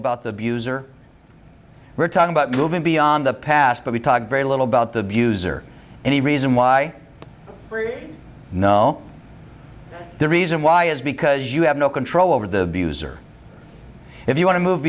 the abuser we're talking about moving beyond the past but we talk very little about the abuse or any reason why no the reason why is because you have no control over the news or if you want to move